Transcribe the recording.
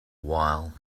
while